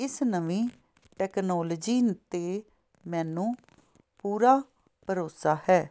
ਇਸ ਨਵੀਂ ਟੈਕਨੋਲਜੀ 'ਤੇ ਮੈਨੂੰ ਪੂਰਾ ਭਰੋਸਾ ਹੈ